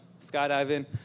skydiving